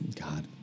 God